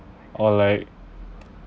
or like